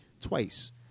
twice